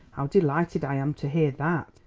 how delighted i am to hear that!